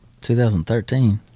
2013